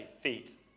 feet